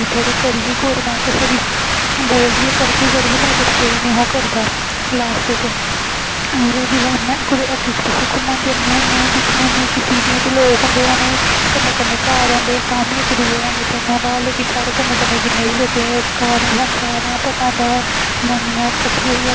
ते थोह्ड़ी करियै गौरमेंट थोह्ड़ी गोल निं करगे मदद थोह्ड़ी लॉस्ट च जेल्लै कुदै अग्गें पिच्छें घुम्मना आं जन्ने होन्ने ते दिक्खने होन्ने कि सिटी बिच जेह्के लोग होंदे उनें कन्नै कन्नै घर होंदे ते तां बी लोकें दा घरै दे बाहर होंदा कि साढ़े कन्नै कन्नै जिनें बी लोकें दे घर होंदे ओह् कन्नै जनानियां कट्ठियां होइयै